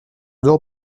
dors